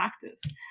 practice